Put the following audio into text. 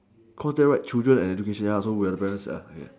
cause there write children education ya so we are parents